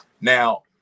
now